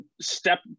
step